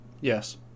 Yes